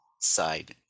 side